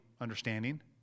understanding